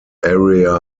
area